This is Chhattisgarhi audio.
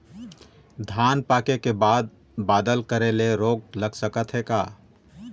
धान पाके के बाद बादल करे ले रोग लग सकथे का?